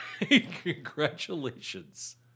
Congratulations